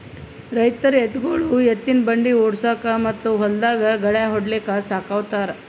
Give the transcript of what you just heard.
ರೈತರ್ ಎತ್ತ್ಗೊಳು ಎತ್ತಿನ್ ಬಂಡಿ ಓಡ್ಸುಕಾ ಮತ್ತ್ ಹೊಲ್ದಾಗ್ ಗಳ್ಯಾ ಹೊಡ್ಲಿಕ್ ಸಾಕೋತಾರ್